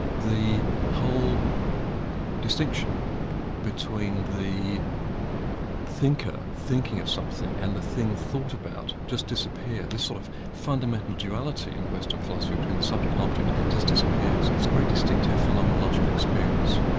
the whole distinction between the thinker thinking of something, and the thing thought about just disappears. this sort of fundamental duality in western philosophy between the subject and object just disappears. it's a very distinctive phenomenological experience.